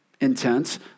intense